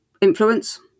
influence